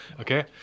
okay